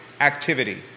activity –